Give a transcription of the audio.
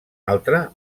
altre